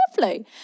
Lovely